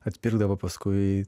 atpirkdavo paskui